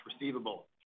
receivable